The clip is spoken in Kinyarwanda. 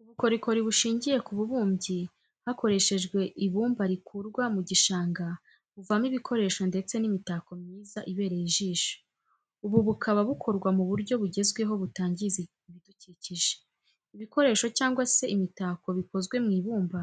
Ubukorikori bushingiye ku bubumbyi hakoreshejwe ibumba rikurwa mu gishanga, buvamo ibikoresho ndetse n'imitako myiza ibereye ijisho, ubu bukaba bukorwa mu buryo bugezweho butangiza ibidukikije, ibikoresho cyangwa se imitako bikozwe mu ibumba,